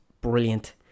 brilliant